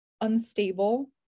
unstable